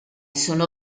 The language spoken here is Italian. sono